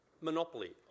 monopoly